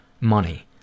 Money